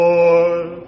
Lord